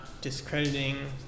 discrediting